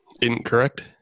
Incorrect